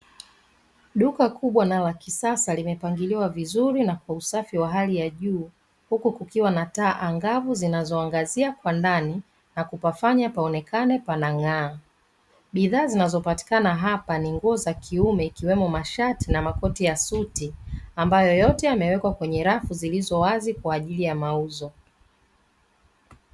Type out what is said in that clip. Duka kubwa na la kisasa limepangiliwa vizuri na kwa usafi wa hali ya juu, huku kukiwa na taa angavu zinazoangazia kwa ndani na kupafanya paonekane panang'aa, bidhaa zinazopatikana hapa ni nguo za kiume ikiwemo mashati na makoti ya suti ambayo yote yamewekwa kwenye rafu zilizo wazi kwa ajili ya mauzo.